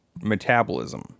metabolism